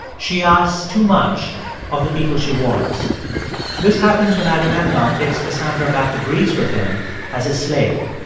she asks too much of the people she warns this happens when agamemnon takes cassandra back to greece with him as a slave.